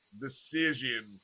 decision